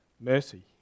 mercy